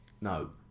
No